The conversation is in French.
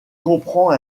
comprend